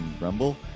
Rumble